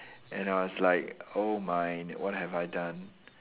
and I was like oh my what have I done